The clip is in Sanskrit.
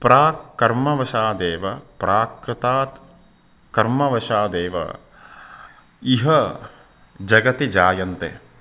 प्राक् कर्मवशादेव प्राकृतात् कर्मवशादेव इह जगति जायन्ते